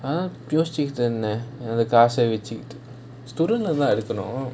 நான் யோசிச்சிகிட்டு இருந்தேன் அந்த காச வெச்சிக்கிட்டு:naan yosichikitu irunthaen antha kaasa vechikittu student loan எடுக்கணும்:edukanum